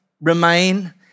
remain